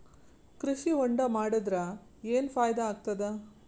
ಕೃಷಿ ಹೊಂಡಾ ಮಾಡದರ ಏನ್ ಫಾಯಿದಾ ಆಗತದ?